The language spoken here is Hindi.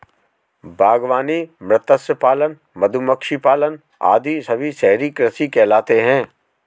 बागवानी, मत्स्य पालन, मधुमक्खी पालन आदि सभी शहरी कृषि कहलाते हैं